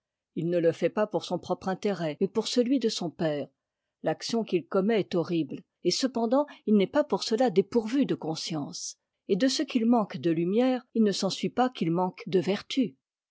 it ne te fait pas pour son propre intérêt mais pour celui de son père l'action qu'il commet est horrible et cependant il n'est pas pour cela dépourvu de conscience et de ce qu'il manque de lumières il ne s'ensuit pas qu'il manque de vertus